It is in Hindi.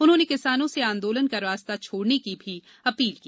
उन्होंने किसानों से आंदोलन का रास्ता छोडने की भी अपील की